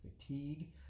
fatigue